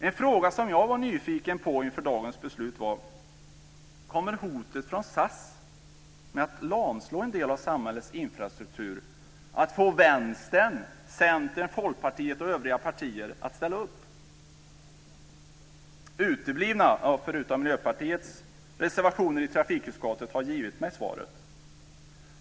En fråga som jag var nyfiken på inför dagens beslut var: Kommer hotet från SAS om att lamslå en del av samhällets infrastruktur att få Vänstern, Centern, Folkpartiet och övriga partier att ställa upp? Uteblivna reservationer i trafikutskottet, förutom Miljöpartiets, har givit mig svaret.